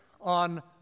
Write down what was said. on